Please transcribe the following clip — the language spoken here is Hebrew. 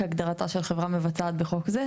כהגדרתה של חברה מבצעת בחוק זה,